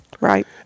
right